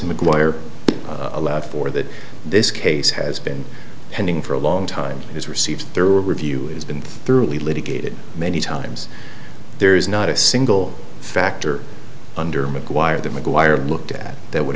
mcguire allowed for that this case has been pending for a long time has received thorough review it has been thoroughly litigated many times there is not a single factor under mcquire that mcguire looked at that would